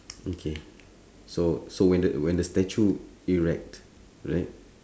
okay so so when the when the statue erect right